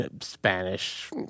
Spanish